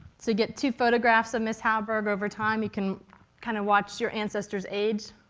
so you get two photographs of ms. halberg over time. you can kind of watch your ancestors age.